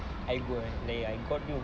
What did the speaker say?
I go and play I got you